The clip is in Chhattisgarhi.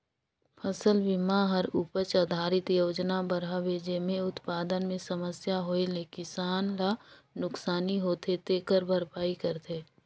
फसल बिमा हर उपज आधरित योजना बर हवे जेम्हे उत्पादन मे समस्या होए ले किसान ल नुकसानी होथे तेखर भरपाई करथे